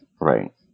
Right